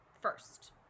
First